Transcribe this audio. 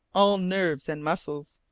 all nerves and muscles,